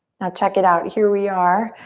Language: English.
now check it out, here we are.